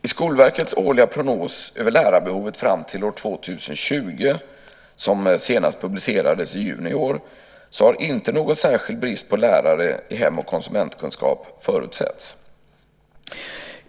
I Skolverkets årliga prognos över lärarbehovet fram till 2020, senast publicerad i juni i år, har inte någon särskild brist på lärare i hem och konsumentkunskap förutsetts.